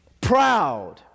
Proud